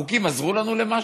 החוקים עזרו לנו למשהו?